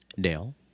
dale